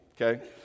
okay